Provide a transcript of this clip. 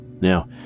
Now